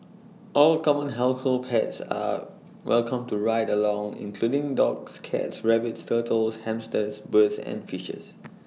all common household pets are welcome to ride along including dogs cats rabbits turtles hamsters birds and fishes